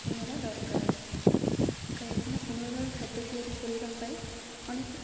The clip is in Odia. ନେବା ଦରକାର କାହିଁକିନା ପୁନର୍ବାର ଖାଦ୍ୟ ତିଆରି କରିବା ପାଇଁ ଅନେକ